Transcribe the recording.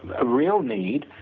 a real need